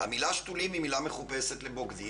המילה שתולים היא מילה מכובסת לבוגדים,